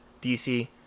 DC